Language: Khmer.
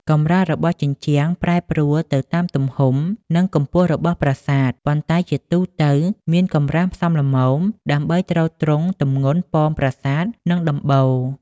កម្រាស់របស់ជញ្ជាំងប្រែប្រួលទៅតាមទំហំ និងកម្ពស់របស់ប្រាសាទ ប៉ុន្តែជាទូទៅមានកម្រាស់សមល្មមដើម្បីទ្រទ្រង់ទម្ងន់ប៉មប្រាសាទ និងដំបូល។